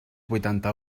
vuitanta